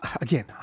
again